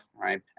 right